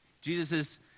Jesus